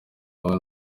hamwe